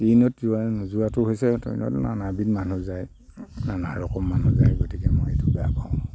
ট্ৰেইনত যোৱা নোযোৱাটো হৈছে ট্ৰেইনত নানাবিধ মানুহ যায় নানা ৰকম মানুহ যায় গতিকে মই সেইটো বেয়া পাওঁ